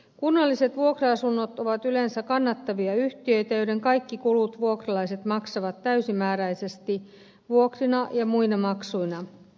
kunnalliset vuokra asunnot ovat yleensä kannattavia yhtiöitä joiden kaikki kulut vuokralaiset maksavat täysimääräisesti vuokrina ja muina maksuina